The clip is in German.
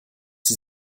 sie